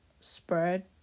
spread